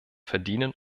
verdienen